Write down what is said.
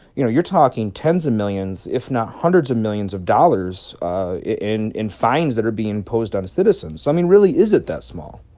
you know you're talking tens of millions, if not hundreds of millions, of dollars in in fines that are being imposed on citizens. i mean, really, is it that small?